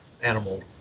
animal